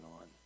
on